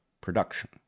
production